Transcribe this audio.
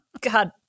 God